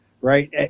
right